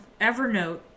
Evernote